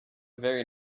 very